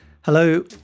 Hello